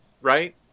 right